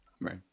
Right